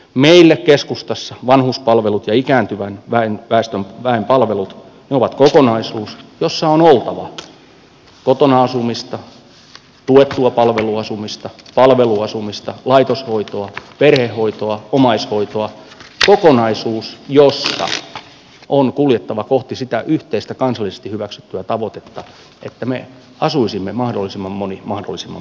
meille keskustassa vanhuspalvelut ja ikääntyvän väen palvelut ovat kokonaisuus jossa on oltava kotona asumista tuettua palveluasumista palveluasumista laitoshoitoa perhehoitoa omaishoitoa kokonaisuus jossa on kuljettava kohti sitä yhteistä kansallisesti hyväksyttyä tavoitetta että meistä mahdollisimman moni asuisi mahdollisimman pitkään kotona